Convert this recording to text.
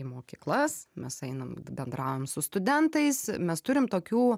į mokyklas mes einam bendraujam su studentais mes turim tokių